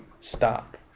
stop